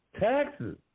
Taxes